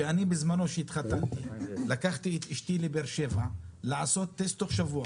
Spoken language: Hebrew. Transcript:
שאני בזמנו שהתחתנתי לקחתי את אשתי לבאר שבע לעשות טסט תוך שבוע.